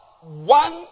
one